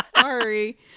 Sorry